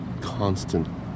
constant